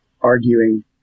arguing